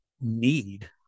need